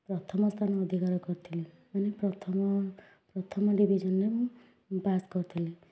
ପ୍ରଥମ ସ୍ଥାନ ଅଧିକାର କରିଥିଲି ମାନେ ପ୍ରଥମ ପ୍ରଥମ ଡିଭିଜନରେ ମୁଁ ପାସ୍ କରିଥିଲି